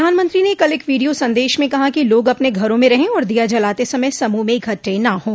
प्रधानमंत्री ने कल एक वीडियो संदेश में कहा कि लोग अपने घर में रहें और दिया जलाते समय समूह में इकट्ठे न हों